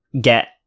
get